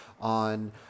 on